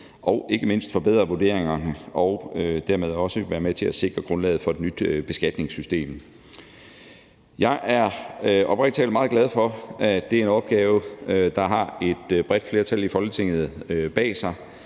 og ikke mindst forbedre vurderinger og dermed også være med til at sikre grundlaget for et nyt beskatningssystem. Jeg er oprigtig talt meget glad for, at det er en opgave, der har et bredt flertal i Folketinget bag sig.